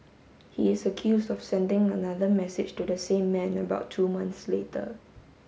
he is accused of sending another message to the same man about two months later